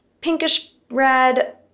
pinkish-red